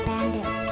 Bandits